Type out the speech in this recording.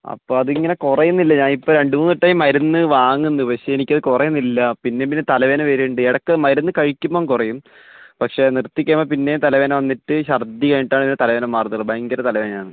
അപ്പോൾ അതിങ്ങനെ കുറയുന്നില്ല ഞാനിപ്പോൾ രണ്ടുമൂന്നു വട്ടമായി മരുന്നു വാങ്ങുന്നു പക്ഷേ എനിക്കത് കുറയുന്നില്ല പിന്നെയും പിന്നെയും തലവേദന വരുന്നുണ്ട് ഇടയ്ക്ക് മരുന്ന് കഴിക്കുമ്പോൾ കുറയും പക്ഷേ നിർത്തി കഴിയുമ്പോൾ പിന്നെയും തലവേന വന്നിട്ട് ഛർദ്ദി കഴിഞ്ഞിട്ടാണ് പിന്നെ തലവേദന മാറത്തുള്ളൂ ഭയങ്കര തലവേദനയാണ്